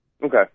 Okay